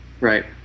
right